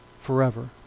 forever